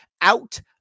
out